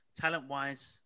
talent-wise